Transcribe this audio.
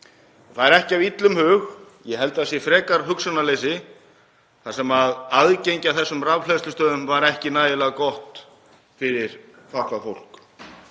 Það er ekki af illum hug, ég held að það sé frekar hugsunarleysi, sem aðgengi að þessum rafhleðslustöðvum var ekki nægilega gott fyrir fatlað fólk.